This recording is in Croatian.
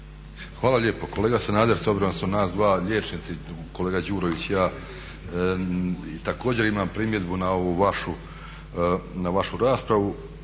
Hvala lijepo. Kolega Sanader s obzirom da smo nas dva liječnici kolega Đurović i ja također imam primjedbu na ovu vašu raspravu